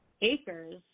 acres